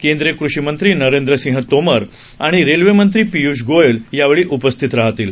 केंद्रीय कृषी मंत्री नरेंद्र सिंग तोमर आणि रेल्वे मंत्री पियूष गोयल यावेळी उपस्थित राहतील